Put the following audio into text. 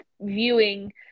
viewing